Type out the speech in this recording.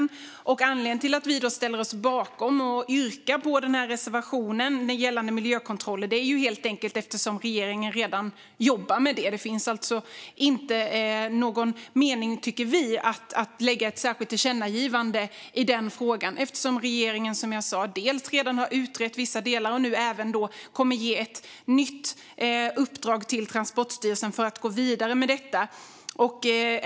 Anledningen till att vi ställer oss bakom reservationen gällande miljökontroller och yrkar bifall till den är helt enkelt att regeringen redan jobbar med det. Det finns alltså ingen mening, tycker vi, med att föreslå ett särskilt tillkännagivande i den frågan, eftersom regeringen, som jag sa, redan har utrett vissa delar och nu även kommer att ge ett nytt uppdrag till Transportstyrelsen för att gå vidare med detta.